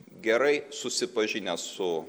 gerai susipažinęs su